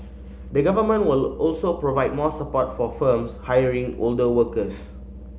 the Government will also provide more support for firms hiring older workers